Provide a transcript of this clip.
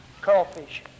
Crawfish